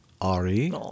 Ari